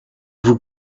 vous